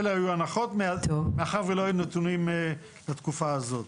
אלו הנחות וזאת מאחר ולא היו נתונים מדויקים לתקופה הזאת.